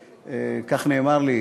כך נאמר לי,